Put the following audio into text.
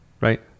right